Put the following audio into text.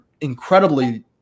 incredibly